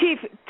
Chief